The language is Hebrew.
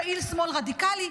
פעיל שמאל רדיקלי,